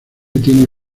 tiene